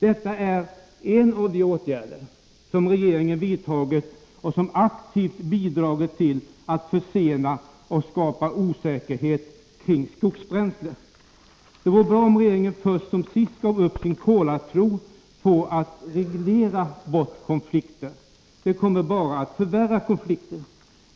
Detta är en av de regeringsåtgärder som aktivt bidragit till att försena utvecklingen av och skapa osäkerhet kring utnyttjandet av skogsbränsle. Det vore bra om regeringen först som sist gav upp sin kolartro på att man kan reglera bort konflikter. Att göra det förvärrar bara konflikterna.